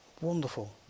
Wonderful